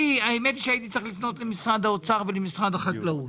האמת היא שהייתי צריך לפנות למשרד האוצר ולמשרד החקלאות.